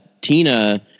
Tina